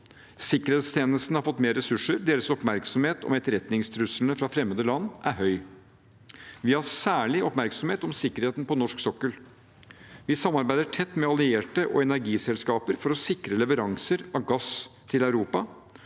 Sikkerhetstjenestene har fått mer ressurser. Deres oppmerksomhet om etterretningstruslene fra fremmede land er høy. Vi har særlig oppmerksomhet om sikkerheten på norsk sokkel. Vi samarbeider tett med allierte og energiselskaper for å sikre leveranser av gass til Europa.